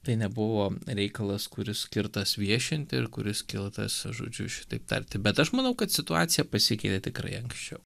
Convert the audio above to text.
tai nebuvo reikalas kuris skirtas viešinti ir kuris kiltas žodžiu šitaip tarti bet aš manau kad situacija pasikeitė tikrai anksčiau